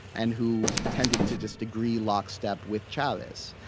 and who tended to just agree lock-step with chavez.